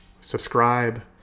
subscribe